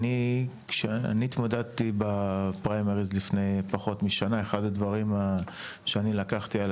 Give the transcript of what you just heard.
כשאני התמודדתי בפריימריז לפני פחות משנה אחד הדברים שאני לקחתי על